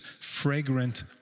fragrant